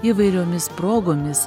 įvairiomis progomis